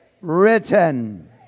written